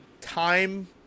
time